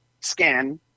scan